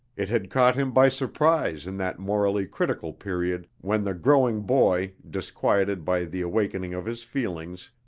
it had caught him by surprise in that morally critical period when the growing boy, disquieted by the awakening of his feelings,